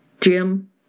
Jim